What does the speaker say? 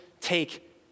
take